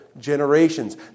generations